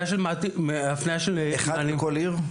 --- רכז אחד בכל עיר?